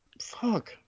Fuck